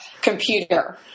computer